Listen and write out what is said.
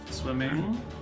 swimming